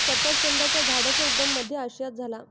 सफरचंदाच्या झाडाचा उगम मध्य आशियात झाला